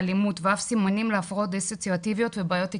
אלימות ואף סימנים להפרעות דיסוציאטיביות ובעיות היקשרות.